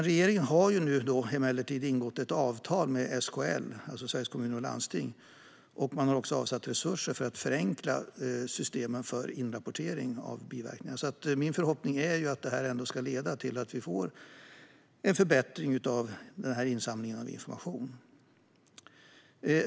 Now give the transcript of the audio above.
Regeringen har emellertid ingått ett avtal med SKL, det vill säga Sveriges Kommuner och Landsting, och avsatt resurser för att förenkla systemen för inrapportering av biverkningar. Min förhoppning är att detta ska leda till att vi får en förbättring av insamlingen av information.